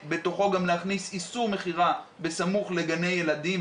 קודם כל לגבי כול הדברים שנאמרו פה,